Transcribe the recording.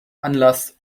anlass